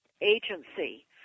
agency